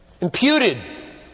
imputed